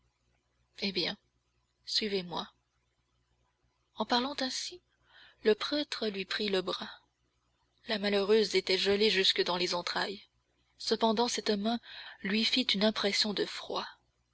eh bien suivez-moi en parlant ainsi le prêtre lui prit le bras la malheureuse était gelée jusque dans les entrailles cependant cette main lui fit une impression de froid